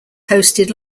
hosted